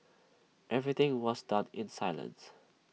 everything was done in silence